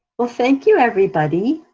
well, thank you everybody.